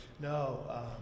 No